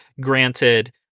Granted